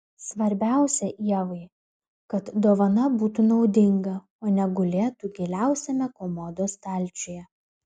svarbiausia ievai kad dovana būtų naudinga o ne gulėtų giliausiame komodos stalčiuje